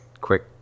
quick